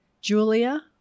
Julia